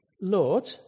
Lord